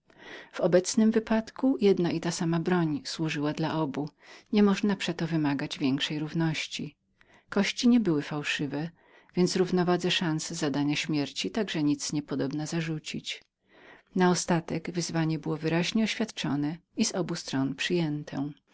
w obecnym wypadku jedna i ta sama broń służyła dla obu nie można przeto już wymagać większej równości kości nie były fałszywe więc przeciw równowadze w sposobie zadania śmierci nic niepodobna zarzucić naostatek wyzwanie było wyraźnie oświadczone i z obu stron przyjęte